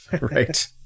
Right